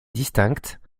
distinctes